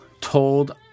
told